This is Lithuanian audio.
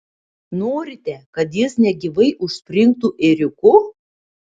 norite kad jis negyvai užspringtų ėriuku